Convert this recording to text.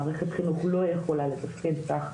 מערכת החינוך לא יכולה לתפקד כך,